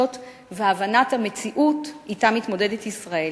ואת הבנת המציאות שאתה מתמודדת ישראל.